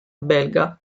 belga